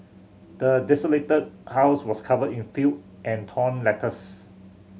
the desolated house was covered in filth and torn letters